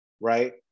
right